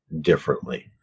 differently